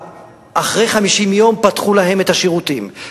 אחרי 50 יום פתחו להם את השירותים,